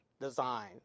design